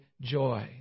joy